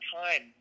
time